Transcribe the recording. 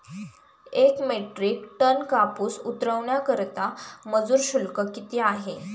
एक metric tonne कापूस उतरवण्याकरता मजूर शुल्क किती आहे?